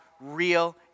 real